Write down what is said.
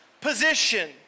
position